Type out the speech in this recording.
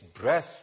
breath